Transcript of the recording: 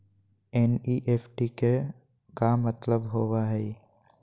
NEFT के का मतलव होव हई?